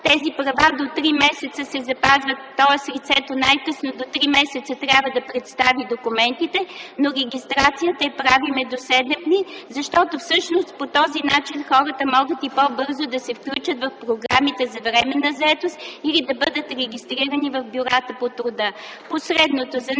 Тези права до три месеца се запазват, тоест лицето най-късно до три месеца трябва да представи документите, но регистрацията я правим до 7 дни. Всъщност по този начин хората могат по-бързо да се включат в програмите за временна заетост, или да бъдат регистрирани в бюрата по труда.